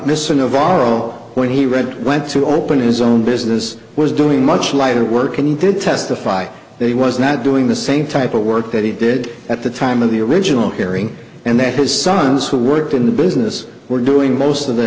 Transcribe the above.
navarro when he read went to open his own business was doing much lighter work and did testify that he was not doing the same type of work that he did at the time of the original hearing and that his sons who worked in the business were doing most of the